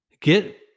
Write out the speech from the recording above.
get